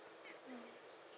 mm